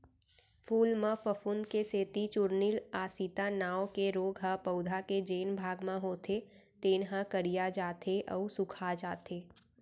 फूल म फफूंद के सेती चूर्निल आसिता नांव के रोग ह पउधा के जेन भाग म होथे तेन ह करिया जाथे अउ सूखाजाथे